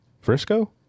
Frisco